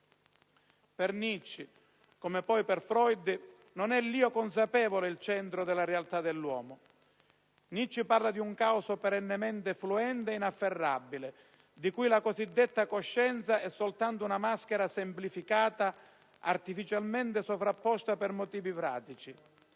Per Nietzsche, come poi per Freud, non è l'io consapevole il centro della realtà dell'uomo: Nietzsche parla di un caos perennemente fluente e inafferrabile, di cui la cosiddetta coscienza è soltanto una maschera semplificata, artificialmente sovrapposta per motivi pratici;